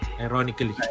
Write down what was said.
Ironically